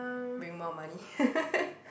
bring more money